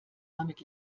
damit